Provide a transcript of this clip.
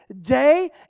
day